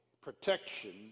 protection